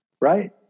Right